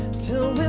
to